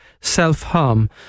self-harm